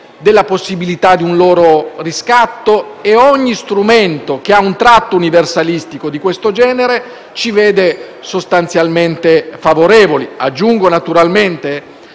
della possibilità di un loro riscatto. Ogni strumento che ha un tratto universalistico di questo genere ci vede sostanzialmente favorevoli. Aggiungo, naturalmente,